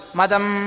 Madam